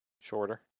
Shorter